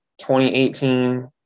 2018